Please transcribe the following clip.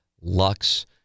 lux